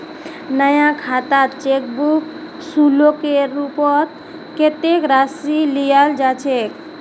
नया खातात cheque book शुल्केर रूपत कत्ते राशि लियाल जा छेक